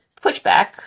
pushback